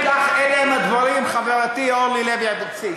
ואכן כך, אלה הם הדברים, חברתי אורלי לוי אבקסיס,